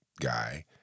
guy